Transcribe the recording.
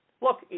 Look